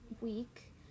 week